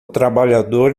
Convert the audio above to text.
trabalhador